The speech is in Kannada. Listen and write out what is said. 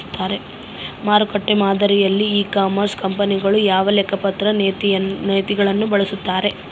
ಮಾರುಕಟ್ಟೆ ಮಾದರಿಯಲ್ಲಿ ಇ ಕಾಮರ್ಸ್ ಕಂಪನಿಗಳು ಯಾವ ಲೆಕ್ಕಪತ್ರ ನೇತಿಗಳನ್ನು ಬಳಸುತ್ತಾರೆ?